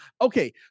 Okay